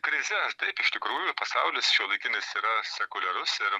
krize taip iš tikrųjų pasaulis šiuolaikinis yra sekuliarus ir